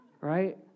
right